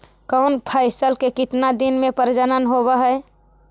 कौन फैसल के कितना दिन मे परजनन होब हय?